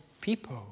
people